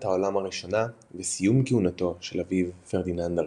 העולם הראשונה וסיום כהונתו של אביו פרדיננד הראשון.